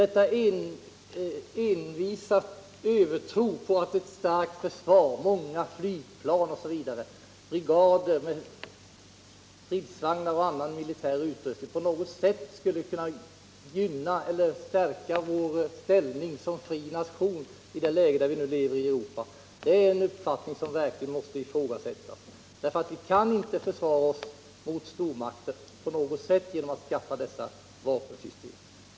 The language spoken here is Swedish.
Denna envisa övertro på att ett starkt försvar — många flygplan, brigader med stridsvagnar och annan militär utrustning — skulle stärka vår ställning som fri nation i det läge vi nu har i Europa måste verkligen ifrågasättas. Vi kan inte försvara oss mot en stormakt genom att skaffa dessa vapensystem.